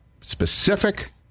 specific